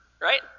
right